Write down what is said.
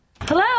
Hello